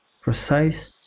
precise